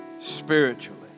spiritually